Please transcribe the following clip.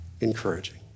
encouraging